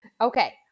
Okay